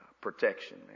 protection